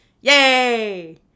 Yay